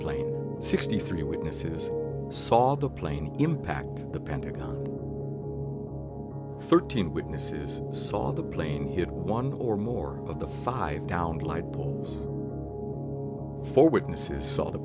plane sixty three witnesses saw the plane impact the pentagon thirteen witnesses saw the plane hit one or more of the five four witnesses saw the